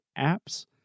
apps